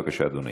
בבקשה, אדוני.